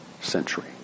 century